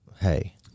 Hey